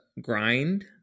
grind